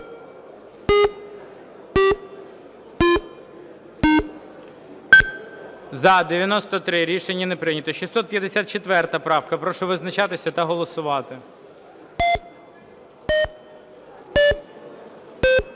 За-89 Рішення не прийнято. 608 правка. Прошу визначатися та голосувати.